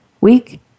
week